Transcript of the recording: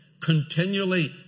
continually